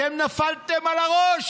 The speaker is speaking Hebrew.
אתם נפלתם על הראש.